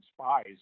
spies